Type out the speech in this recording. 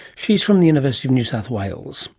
she is from the university of new south wales